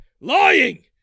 lying